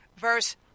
Verse